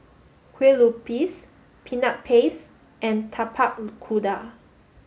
Kue Lupis Peanut Paste and Tapak Kuda